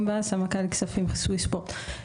אני סמנכ"לית כספים בסוויספורט.